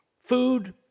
food